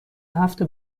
هفت